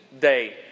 day